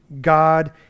God